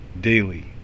daily